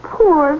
poor